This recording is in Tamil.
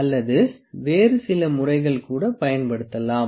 அல்லது வேறு சில முறைகள் கூட பயன்படுத்தலாம்